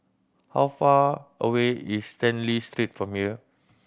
how far away is Stanley Street from here